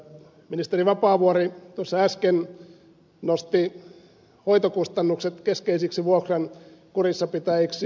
ministeri vapaavuori tuossa äsken nosti hoitokustannukset keskeisiksi vuokran kurissapitäjiksi